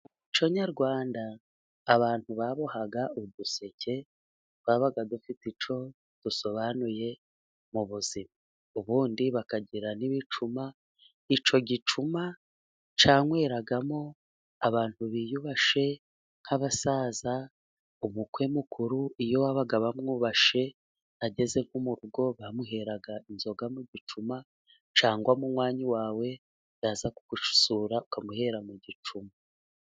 Mu muco nyarwanda abantu babohaga uduseke twabaga dufite icyo dusobanuye mu buzima. Ubundi bakagira n'ibicuma icyo gicuma cyanyweragamo abantu biyubashye nk'abasaza. Umukwe mukuru iyo babaga bamwubashye ageze nko mu rugo, bamuheraga inzoga mu gicuma, cyangwa munywanyi wawe yaza kugusura, ukamuhera mu gicuma.